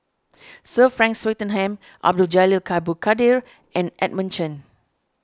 Sir Frank Swettenham Abdul Jalil Abdul Kadir and Edmund Chen